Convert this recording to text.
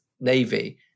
Navy